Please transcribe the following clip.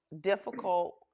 difficult